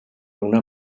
una